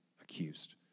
accused